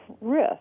risk